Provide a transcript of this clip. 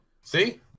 See